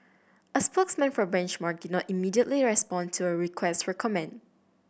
a spokeswoman for Benchmark did not immediately respond to a request for comment